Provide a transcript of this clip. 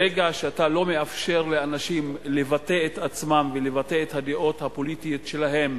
ברגע שאתה לא מאפשר לאנשים לבטא את עצמם ולבטא את הדעות הפוליטיות שלהם